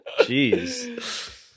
Jeez